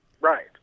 Right